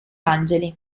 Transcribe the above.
angeli